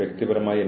മുതലായവ